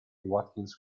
watkins